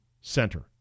center